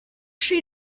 she